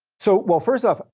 so well first off, ah